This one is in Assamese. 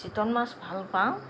চিতল মাছ ভাল পাওঁ